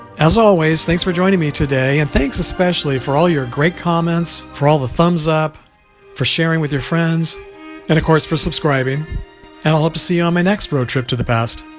as always thanks for joining me today and thanks especially for all your great comments for all the thumbs up for sharing with your friends and of course for subscribing and i'll hope to see you on my next road trip to the past.